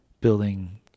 building